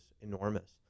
enormous